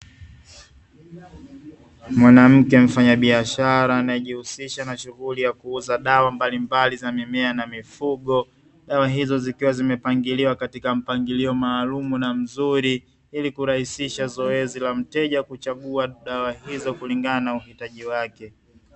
Mwanamke mfanyabiashara anayejihusisha na shughuli ya kuuza dawa mbalimbali za mimea na mifugo. Dawa hizo zikiwa zimepangiliwa katika mpangilio maalumu na mzuri, ili kurahisisha zoezi la mteja kuchagua dawa hizo kulingana na uhitaji wake.